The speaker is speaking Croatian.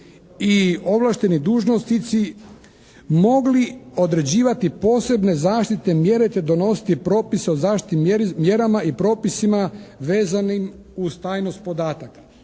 i ovlašteni dužnosnici mogli određivati posebne zaštitne mjere te donositi propise o zaštitnim mjerama i propisima vezanim uz tajnost podataka.